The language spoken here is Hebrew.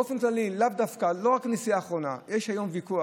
באופן כללי, לא רק בנסיעה האחרונה, יש היום ויכוח.